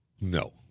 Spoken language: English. No